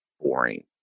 boring